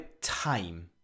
time